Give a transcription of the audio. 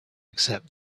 except